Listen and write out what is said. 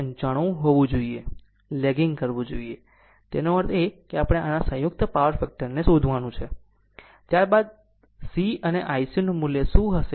95 હોવું જોઈએ લેગિંગ કરવું જોઈએ તેનો અર્થ એ કે આપણે આના સંયુક્ત પાવર ફેક્ટરને શોધવાનું છે ત્યારબાદ જે માટે C અને IC નું મૂલ્ય શું હશે